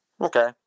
Okay